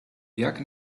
jak